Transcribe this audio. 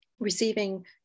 Receiving